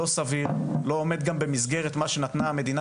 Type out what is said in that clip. לא סביר, לא עומד גם במסגרת המכסה שהמדינה נתנה.